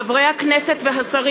(חברי הכנסת מקדמים